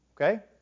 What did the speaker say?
okay